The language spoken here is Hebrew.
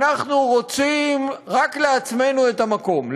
אנחנו רוצים רק לעצמנו את המקום,